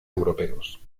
europeos